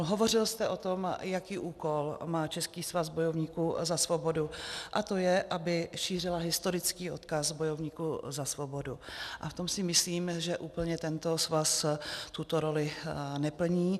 Hovořil jste o tom, jaký úkol má Český svaz bojovníků za svobodu, a to je, aby šířil historický odkaz bojovníků za svobodu, a v tom si myslím, že úplně tento svaz tuto roli neplní.